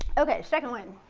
okay, second one.